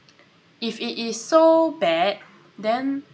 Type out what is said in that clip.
(pop) if it is so bad then